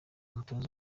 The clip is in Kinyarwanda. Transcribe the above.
umutoza